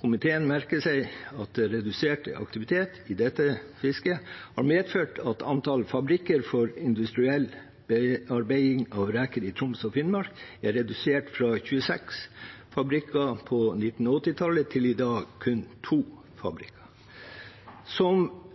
Komiteen merker seg at redusert aktivitet i dette fisket har medført at antall fabrikker for industriell bearbeiding av reker i Troms og Finnmark er redusert fra 26 fabrikker på 1980-tallet til i dag kun 2 fabrikker, som